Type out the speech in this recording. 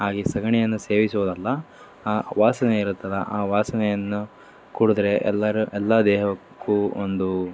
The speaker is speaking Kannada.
ಹಾಗೇ ಸಗಣಿಯನ್ನು ಸೇವಿಸೋದಲ್ಲ ಆ ವಾಸನೆ ಇರುತ್ತಲ್ಲ ಆ ವಾಸನೆಯನ್ನು ಕುಡಿದ್ರೆ ಎಲ್ಲರ ಎಲ್ಲ ದೇಹಕ್ಕೂ ಒಂದು